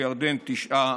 בירדן, תשעה